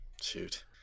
Shoot